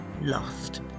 lost